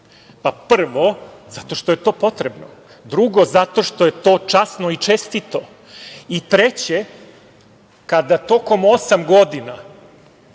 Prvo, zato što je to potrebno. Drugo, zato što je to časno i čestito. Treće, kada tokom osam godina